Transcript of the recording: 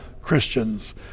Christians